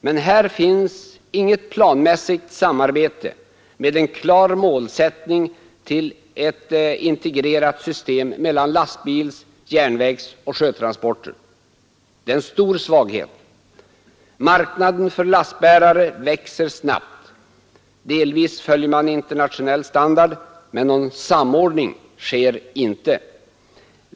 Men här finns inget planmässigt samarbete med den klara målsättningen att uppnå ett integrerat system mellan lastbils-, järnvägsoch sjötransporter. Det är en stor svaghet. Marknaden för lastbärare växer snabbt. Delvis följer man internationell standard. Men någon samordning sker inte.